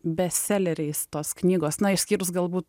bestseleriais tos knygos na išskyrus galbūt